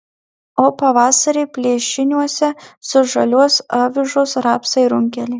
o pavasarį plėšiniuose sužaliuos avižos rapsai runkeliai